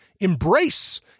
embrace